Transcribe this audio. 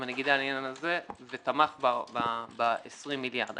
הנגידה בעניין הזה ותמך ב-20 מיליארד.